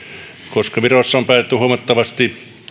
koska virossa on päätetty huomattavasta